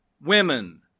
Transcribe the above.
women